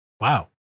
Wow